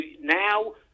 now